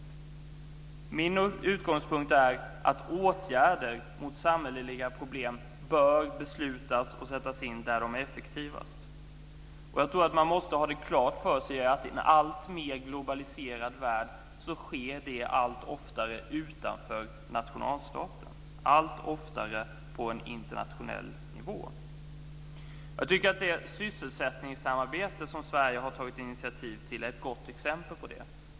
Min utgångspunkt är att åtgärder mot samhälleliga problem bör beslutas om och sättas in där de är effektivast. Jag tror att man måste ha klart för sig att i en alltmer globaliserad värld så sker det allt oftare utanför nationalstaten. Det sker allt oftare på en internationell nivå. Det sysselsättningssamarbete som Sverige har tagit initiativ till är ett gott exempel på detta.